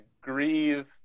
grieve